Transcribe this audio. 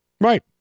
Right